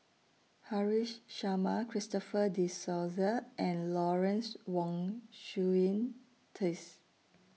Haresh Sharma Christopher De Souza and Lawrence Wong Shyun Tsai